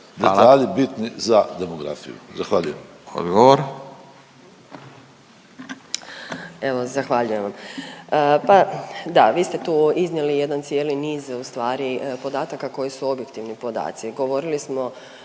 Hvala./…detalji bitni za demografiju, zahvaljujem.